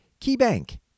KeyBank